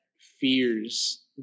fears